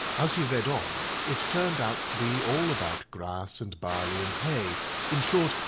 as he read on it turned out to be all about grass and barley and hay in short,